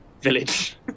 Village